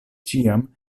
ĉiam